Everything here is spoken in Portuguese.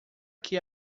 que